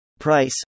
price